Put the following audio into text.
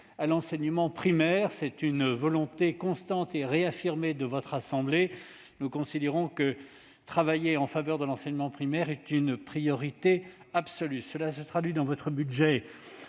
à l'enseignement primaire, une volonté constante et réaffirmée de notre assemblée : nous considérons qu'oeuvrer en faveur de l'enseignement primaire est une priorité absolue. Ce soutien se traduit par une